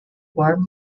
warm